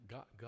God